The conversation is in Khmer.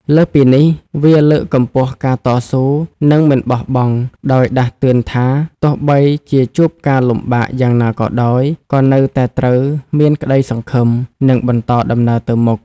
លើសពីនេះ វាលើកកម្ពស់ការតស៊ូ និងមិនបោះបង់ ដោយដាស់តឿនថា ទោះបីជាជួបការលំបាកយ៉ាងណាក៏ដោយ ក៏នៅតែត្រូវមានក្តីសង្ឃឹម និងបន្តដំណើរទៅមុខ។